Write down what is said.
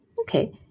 Okay